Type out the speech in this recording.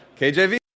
KJV